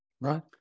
right